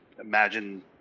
imagine